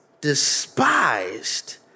despised